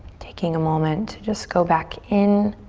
taking a moment to just go back in